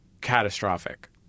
catastrophic